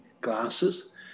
glasses